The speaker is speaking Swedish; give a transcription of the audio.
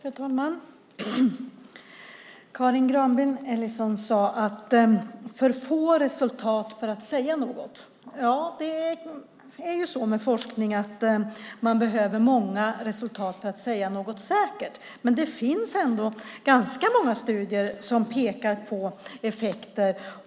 Fru talman! Karin Granbom Ellison sade att det är för få resultat för att man ska kunna säga något. Ja, det är så med forskning att man behöver många resultat för att kunna säga något säkert. Men det finns ändå ganska många studier som pekar på effekter.